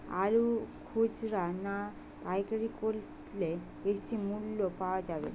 আলু খুচরা না পাইকারি করলে বেশি মূল্য পাওয়া যাবে?